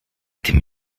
tym